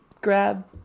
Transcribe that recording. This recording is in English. grab